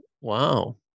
Wow